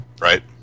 right